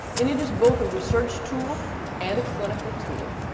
and it is both a research tool and a clinical tool.